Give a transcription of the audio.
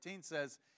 says